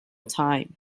time